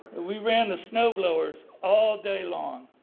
we ran the snow blowers all day long